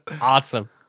Awesome